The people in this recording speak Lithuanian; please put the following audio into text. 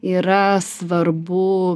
yra svarbu